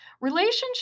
Relationship